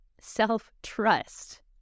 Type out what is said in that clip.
self-trust